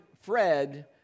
Fred